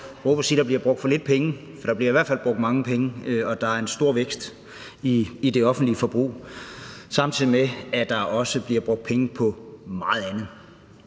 sig op og råbe, at der bliver brugt for lidt penge, for der bliver i hvert fald brugt mange penge, og der er en stor vækst i det offentlige forbrug, samtidig med at der også bliver brugt penge på meget andet.